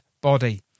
body